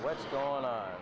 what's going on